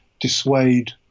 dissuade